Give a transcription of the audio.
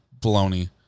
baloney